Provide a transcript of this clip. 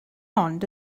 ond